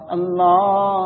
Allah